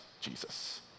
Jesus